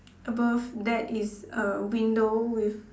above that is a window with